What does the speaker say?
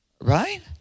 Right